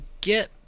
get